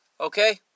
Okay